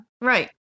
right